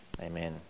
Amen